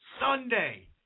Sunday